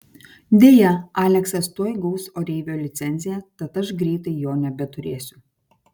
deja aleksas tuoj gaus oreivio licenciją tad aš greitai jo nebeturėsiu